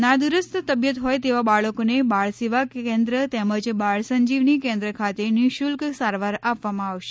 નાદુરસ્ત તબિયત હોય તેવા બાળકોને બાળ સેવા કેન્દ્ર તેમજ બાળ સંજીવની કેન્દ્ર ખાતે નિઃશુલ્ક સારવાર આપવામાં આવશે